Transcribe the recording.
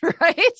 right